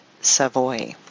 Savoy